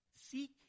seek